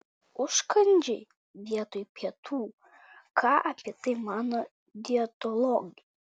užkandžiai vietoj pietų ką apie tai mano dietologai